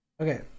Okay